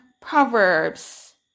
Proverbs